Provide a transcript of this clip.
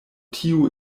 tiu